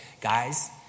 guys